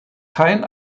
kein